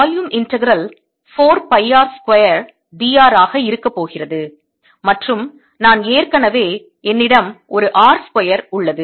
volume integral 4 pi r square d r ஆக இருக்க போகிறது மற்றும் நான் ஏற்கனவே என்னிடம் ஒரு r ஸ்கொயர் உள்ளது